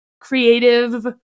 creative